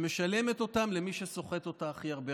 ומשלמת אותו למי שסוחט אותה הכי הרבה.